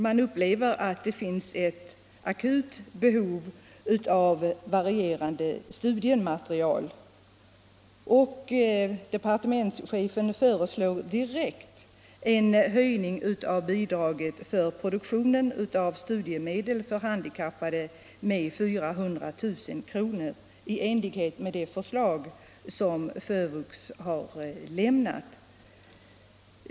Man upplever att det finns ett akut behov av ett varierat studiematerial, anpassat till vuxna utvecklingsstörda. Departementschefen föreslår en höjning av bidraget för produktion av studiemedel för handikappade med 400 000 kr., i enlighet med det förslag som FÖVUX har lämnat.